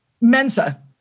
Mensa